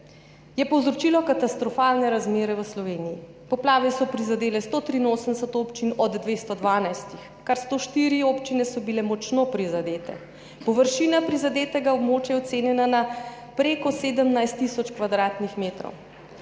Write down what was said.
je povzročilo katastrofalne razmere v Sloveniji. Poplave so prizadele 183 občin od 212, kar 104 občine so bile močno prizadete. Površina prizadetega območja je ocenjena na prek 17 tisoč kvadratnih metrov.